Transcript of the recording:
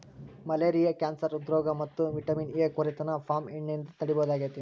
malaria cancer ಹ್ರೃದ್ರೋಗ ಮತ್ತ vitamin A ಕೊರತೆನ ಪಾಮ್ ಎಣ್ಣೆಯಿಂದ ತಡೇಬಹುದಾಗೇತಿ